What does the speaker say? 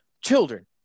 children